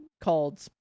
called